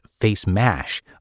FaceMash